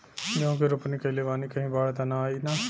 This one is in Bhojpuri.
गेहूं के रोपनी कईले बानी कहीं बाढ़ त ना आई ना?